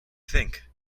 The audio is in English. think